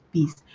Peace